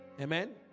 Amen